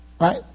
right